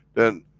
then,